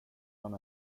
man